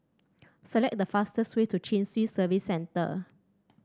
select the fastest way to Chin Swee Service Centre